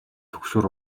түгшүүр